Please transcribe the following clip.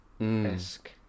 esque